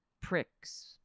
pricks